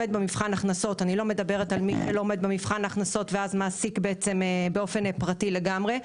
לא מדברת על מי שלא עומד במבחן ההכנסות ואז מעסיק באופן פרטי לגמרי,